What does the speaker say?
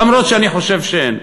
למרות שאני חושב שאין,